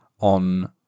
on